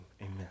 Amen